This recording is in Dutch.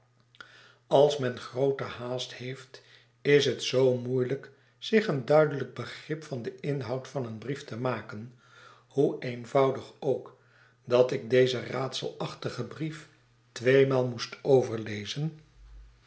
als men groote haast heeft is het zoo moeielijk zich een duidelijk begrip van den inhoud van een brief te maken hoe eenvoudig ook dat ik dezen raadselachtigen brief tweemaal moest overlezen